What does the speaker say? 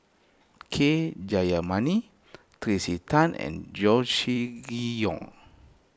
K Jayamani Tracey Tan and Yong